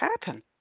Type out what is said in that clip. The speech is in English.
happen